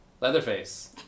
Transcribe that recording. Leatherface